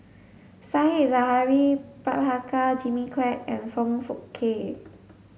Said Zahari Prabhakara Jimmy Quek and Foong Fook Kay